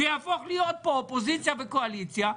זה יהפוך להיות פה אופוזיציה וקואליציה.